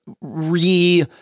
re